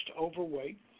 overweight